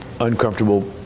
uncomfortable